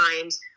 times